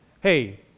hey